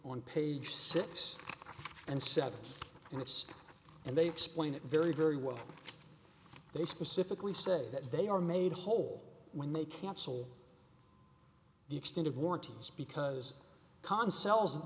on page six and seven and it's and they explain it very very well they specifically said that they are made whole when they cancel the extended warranties because con